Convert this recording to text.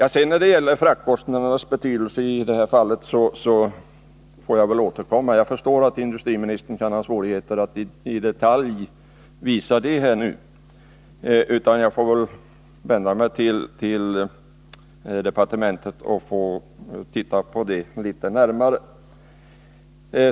När det gäller fraktkostnadernas betydelse i detta fall får jag väl återkomma. Jag förstår att industriministern kan ha svårt att nu lämna en detaljerad redogörelse. Jag får väl vända mig till departementet för att se på den saken litet närmare.